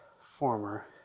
former